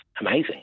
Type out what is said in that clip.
amazing